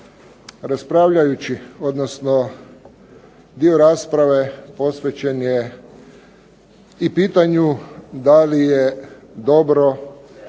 Raspravljajući, odnosno dio rasprave posvećen je i pitanju da li je dobro